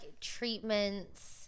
treatments